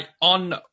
on